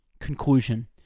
Conclusion